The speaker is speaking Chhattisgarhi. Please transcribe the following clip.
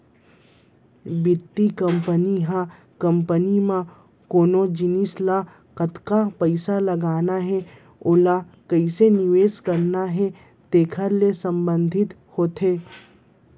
बित्त कंपनी ह कंपनी म कोन जिनिस म कतका पइसा लगाना हे ओला कइसे निवेस करना हे तेकर ले संबंधित होथे